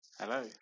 Hello